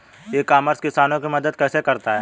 ई commerce किसानों की मदद कैसे कर सकता है?